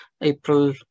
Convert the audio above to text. April